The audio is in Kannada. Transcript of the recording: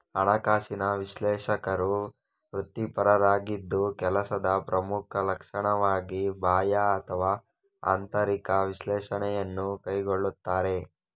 ಹಣಕಾಸಿನ ವಿಶ್ಲೇಷಕರು ವೃತ್ತಿಪರರಾಗಿದ್ದು ಕೆಲಸದ ಪ್ರಮುಖ ಲಕ್ಷಣವಾಗಿ ಬಾಹ್ಯ ಅಥವಾ ಆಂತರಿಕ ವಿಶ್ಲೇಷಣೆಯನ್ನು ಕೈಗೊಳ್ಳುತ್ತಾರೆ